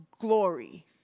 glory